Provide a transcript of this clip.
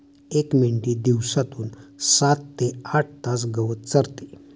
एक मेंढी दिवसातून सात ते आठ तास गवत चरते